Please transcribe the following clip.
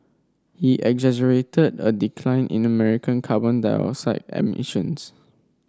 he exaggerated a decline in American carbon dioxide emissions